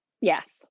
yes